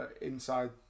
inside